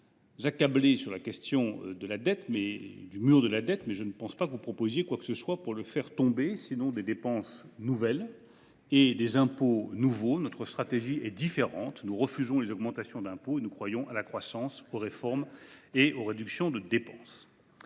vous nous accablez sur le mur de la dette, mais vous ne me semblez pas proposer quoi que ce soit pour le faire tomber, sinon des dépenses nouvelles et de nouveaux impôts. Notre stratégie est différente : nous refusons les augmentations d’impôt et nous croyons à la croissance, aux réformes et aux réductions de dépenses.